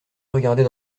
regardait